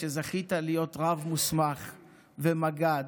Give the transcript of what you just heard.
שזכית להיות רב מוסמך ומג"ד,